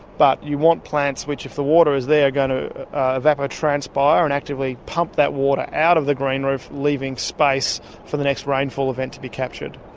but you want plants which, if the water is there, are going to evapotranspire and actively pump that water out of the green roof, leaving space for the next rainfall event to be captured.